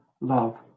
love